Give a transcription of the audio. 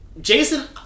Jason